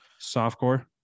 softcore